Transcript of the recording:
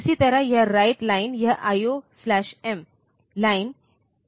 इसी तरह यह WR लाइन और यह IOM लाइन